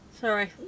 sorry